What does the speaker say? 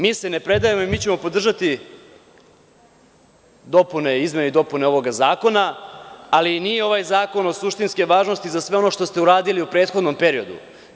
Mi se ne predajemo i podržaćemo izmene i dopune ovog zakona, ali nije ovaj zakon od suštinske važnosti za sve ono što ste uradili u prethodnom periodu.